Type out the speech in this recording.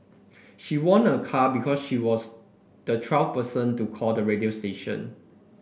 she won a car because she was the twelfth person to call the radio station